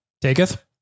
Taketh